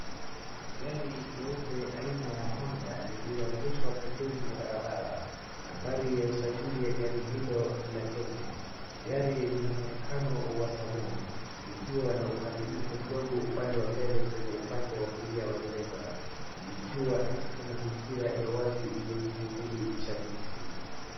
Gari jeupe aina ya honda lililoegeshwa pembeni ya barabara, nambari ya usajili ya gari hilo ni la Kenya. Gari lina mwonekano wa saloon likiwa na uharibifu mdogo upande wa mbele kwenye upande wa kulia wa dereva, likiwa katika mazingira ya wazi yenye kivuli cha miti.